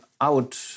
out